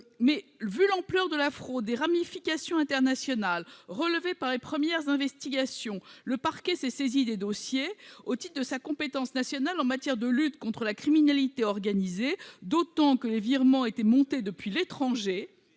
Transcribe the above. Vu l'ampleur de la fraude et des ramifications internationales révélées par les premières investigations, le parquet s'est saisi des dossiers au titre de sa compétence nationale en matière de lutte contre la criminalité organisée, d'autant que les virements étaient montés depuis l'étranger.